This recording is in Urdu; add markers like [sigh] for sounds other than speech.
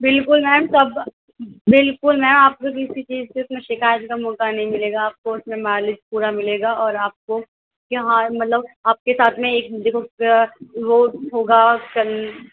بالكل میم تب بالکل میم آپ كو كسی چیز سے اتنی شکایت کا موقع نہیں ملے گا آپ كو اُس میں مائلیج پورا مِلے گا اور آپ كو كہ ہاں مطلب آپ کے ساتھ میں ایک [unintelligible] وہ ہوگا کل